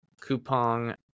coupon